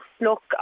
look